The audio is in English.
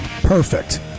Perfect